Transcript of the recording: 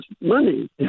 money